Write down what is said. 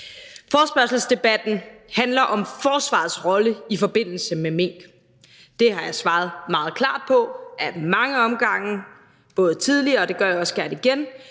Forespørgselsdebatten handler om forsvarets rolle i forbindelse med mink. Det har jeg tidligere svaret meget klart på, ad mange omgange, og jeg gør det også gerne igen: